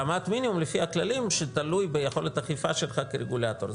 רמת מינימום לפי הכללים שתלוי ביכולת אכיפה שלך כרגולטור.